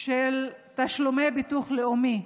מאוד של תשלומי ביטוח לאומי,